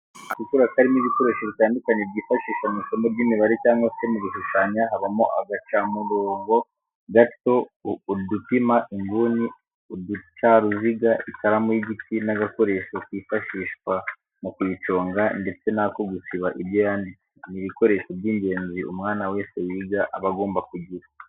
Agapaki gatukura kabamo ibikoresho bitandukanye byifashishwa mw'isomo ry'imibare cyangwa se mu gushushanya habamo agacamurobo gato, udupima inguni, uducaruziga ,ikaramu y'igiti n'agakoresho kifashishwa mu kuyiconga ndetse n'ako gusiba ibyo yanditse, ni ibikoresho by'ingenzi umwana wese wiga aba agomba kugira.